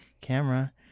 camera